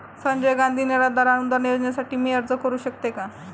संजय गांधी निराधार अनुदान योजनेसाठी मी अर्ज करू शकते का?